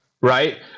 Right